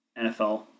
NFL